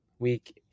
week